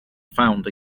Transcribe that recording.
found